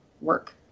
work